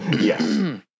Yes